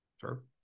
Sure